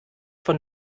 von